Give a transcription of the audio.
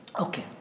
okay